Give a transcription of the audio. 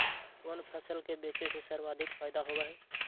कोन फसल के बेचे से सर्वाधिक फायदा होबा हई?